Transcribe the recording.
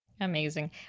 Amazing